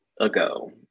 ago